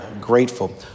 grateful